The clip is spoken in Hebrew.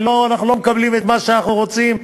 אנחנו לא מקבלים את מה שאנחנו רוצים,